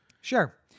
Sure